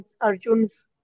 Arjun's